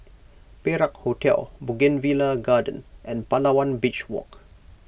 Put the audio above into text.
Perak Hotel Bougainvillea Garden and Palawan Beach Walk